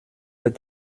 est